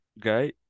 guy